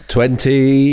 Twenty